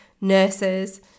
nurses